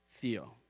Theo